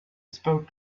spoke